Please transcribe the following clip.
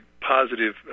positive